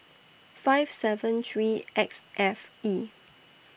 five seven three X F E